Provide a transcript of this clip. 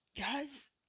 guys